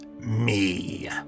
me